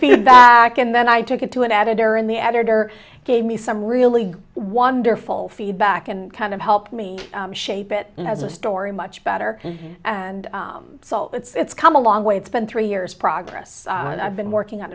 feedback and then i took it to an editor in the editor gave me some really wonderful feedback and kind of helped me shape it as a story much better and so it's it's come a long way it's been three years progress and i've been working on